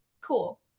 cool